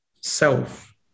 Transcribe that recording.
self